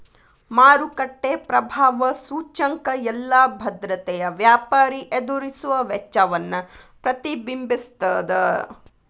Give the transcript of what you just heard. ಮಾರುಕಟ್ಟೆ ಪ್ರಭಾವ ಸೂಚ್ಯಂಕ ಎಲ್ಲಾ ಭದ್ರತೆಯ ವ್ಯಾಪಾರಿ ಎದುರಿಸುವ ವೆಚ್ಚವನ್ನ ಪ್ರತಿಬಿಂಬಿಸ್ತದ